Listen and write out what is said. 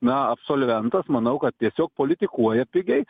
na absolventas manau kad tiesiog politikuojat pigiai